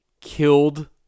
killed